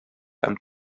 һәм